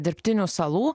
dirbtinių salų